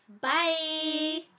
Bye